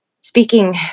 speaking